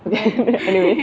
okay anyway